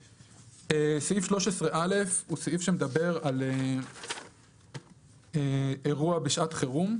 סעיף 13(א) הוא סעיף שמדבר על אירוע בשעת חירום,